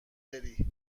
بری